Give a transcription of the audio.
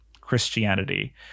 Christianity